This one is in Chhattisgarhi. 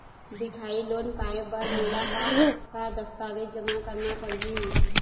दिखाही लोन पाए बर मोला का का दस्तावेज जमा करना पड़ही?